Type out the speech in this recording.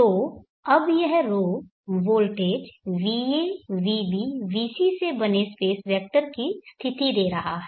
तो अब यह ρ वोल्टेज va vb vc से बने स्पेस वेक्टर की स्थिति दे रहा है